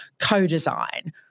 co-design